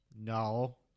No